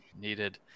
needed